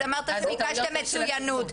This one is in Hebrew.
אז אמרת שביקשתם מצוינות.